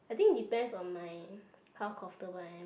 I think depends on my how comfortable I am